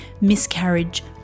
miscarriage